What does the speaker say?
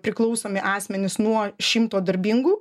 priklausomi asmenys nuo šimto darbingų